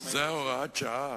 זו הוראת השעה?